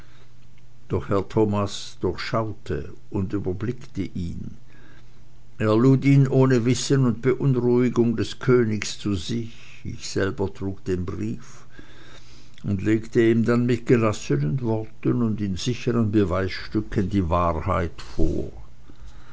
doch herr thomas durchschaute und überblickte ihn er lud ihn ohne wissen und beunruhigung des königs zu sich ich selber trug den brief und legte ihm dann mit gelassenen worten und in sichern beweisstücken die wahrheit vor